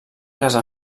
casa